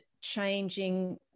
changing